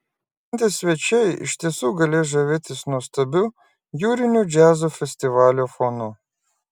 šventės svečiai iš tiesų galės žavėtis nuostabiu jūriniu džiazo festivalio fonu